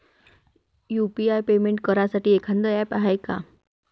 UPI payment करासाठी एखांद app हाय का?